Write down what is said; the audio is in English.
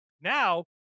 Now